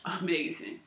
amazing